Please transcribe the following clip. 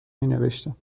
مینوشتم